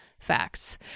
facts